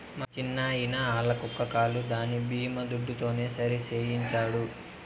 మా చిన్నాయిన ఆల్ల కుక్క కాలు దాని బీమా దుడ్డుతోనే సరిసేయించినాడు